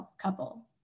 couple